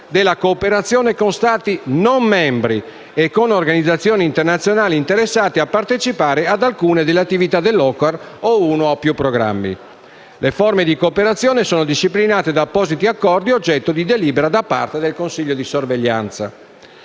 della cooperazione con Stati non membri e con organizzazioni internazionali interessate a partecipare ad alcune attività dell'OCCAR o a uno o più programmi. Le forme di cooperazione sono disciplinate da appositi accordi oggetto di delibera da parte del Consiglio di sorveglianza.